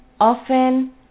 often